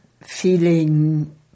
feeling